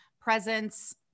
presence